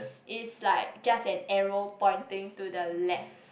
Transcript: is like just an arrow pointing to the left